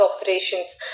operations